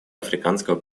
африканского